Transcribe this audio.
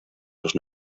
los